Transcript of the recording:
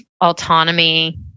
autonomy